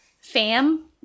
Fam